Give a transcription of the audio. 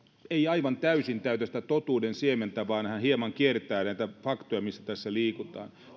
ei aivan täysin täytä sitä totuuden siementä vaan hän hieman kiertää faktoja missä tässä liikutaan